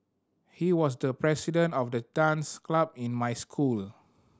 he was the president of the dance club in my school